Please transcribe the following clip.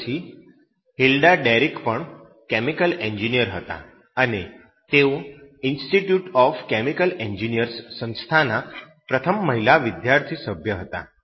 તે પછી Hilda Derrick પણ કેમિકલ એન્જિનિયર હતા અને તેઓ ઈન્સ્ટીટ્યુટ ઑફ કેમિકલ એન્જિનિયર્સ સંસ્થાના પ્રથમ મહિલા વિદ્યાર્થી સભ્ય હતા